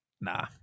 Nah